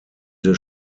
des